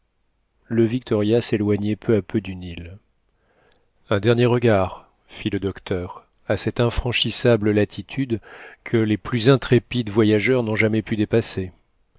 le victoria s'éloignait peu à peu du nil un dernier regard fit le docteur à cette infranchissable latitude que les plus intrépides voyageurs n'ont jamais pu dépasser